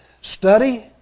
Study